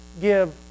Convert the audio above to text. give